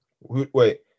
Wait